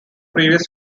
previous